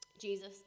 Jesus